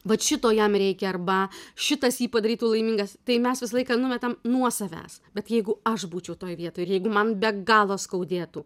vat šito jam reikia arba šitas jį padarytų laimingas tai mes visą laiką numetam nuo savęs bet jeigu aš būčiau toj vietoj ir jeigu man be galo skaudėtų